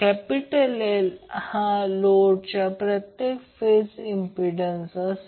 ZL हा लोडच्या प्रत्येक फेजचा इंम्प्पिडन्स आहे